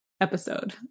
episode